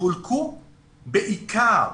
בעיקר